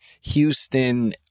Houston